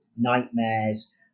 nightmares